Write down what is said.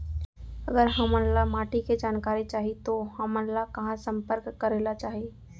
अगर हमन ला माटी के जानकारी चाही तो हमन ला कहाँ संपर्क करे ला चाही?